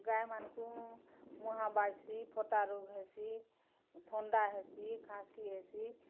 ଗାଇମାନକୁ ମହାମାରୀ ହେସି ଫଟା ରୋଗ୍ ହେସି ଥଣ୍ଡା ହେସି ଖାସି ହେସି